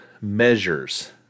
measures